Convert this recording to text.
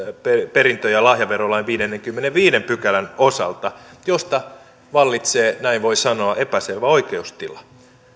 perintö ja lahjaverolain viidennenkymmenennenviidennen pykälän osalta josta vallitsee näin voi sanoa epäselvä oikeustila